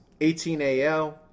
18AL